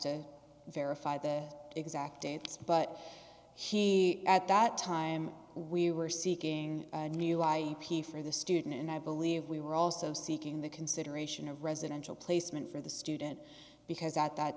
to verify the exact dates but he at that time we were seeking a new i p for the student and i believe we were also seeking the consideration of residential placement for the student because at that